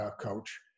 coach